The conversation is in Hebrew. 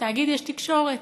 בתאגיד יש תקשורת.